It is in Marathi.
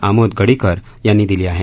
आमोद गडीकर यांनी दिली आहे